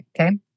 Okay